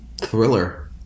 Thriller